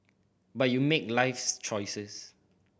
but you make life's choices